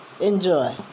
Enjoy